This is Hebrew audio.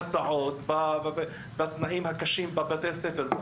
של ההסעות ושל התנאים הקשים של בתי הספר.